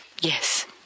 Yes